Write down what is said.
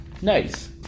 nice